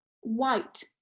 white